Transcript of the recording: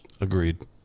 Agreed